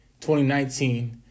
2019